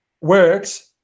works